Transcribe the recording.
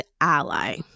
ally